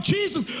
Jesus